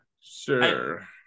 sure